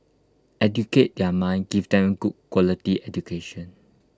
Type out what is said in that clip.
educate their mind give them good quality education